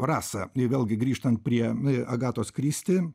rasa vėlgi grįžtant prie agatos kristi